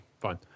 fine